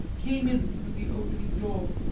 came in through the opening door.